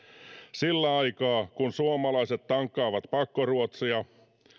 sillä aikaa kun suomalaiset tankkaavat pakkoruotsia